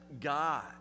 God